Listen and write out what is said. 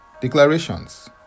declarations